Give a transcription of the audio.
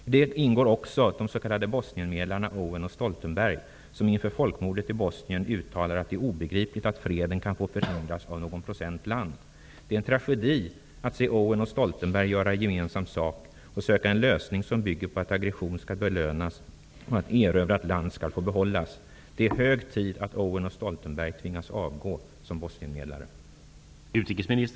I detta spel ingår också de s.k. Bosnienmedlarna Bosnien uttalar att det är obegripligt att freden kan få förhindras av någon procent land. Det är en tragedi att se Owen och Stoltenberg göra gemensam sak och söka en lösning, som bygger på att aggression skall belönas och att erövrat land skall få behållas. Det är hög tid att Owen och Stoltenberg tvingas avgå som Bosnienmedlare!